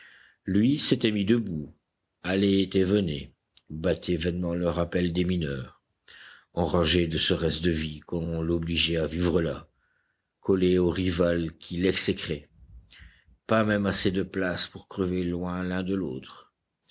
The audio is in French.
lui s'était mis debout allait et venait battait vainement le rappel des mineurs enragé de ce reste de vie qu'on l'obligeait à vivre là collé au rival qu'il exécrait pas même assez de place pour crever loin l'un de l'autre